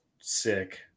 Sick